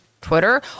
Twitter